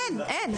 אין.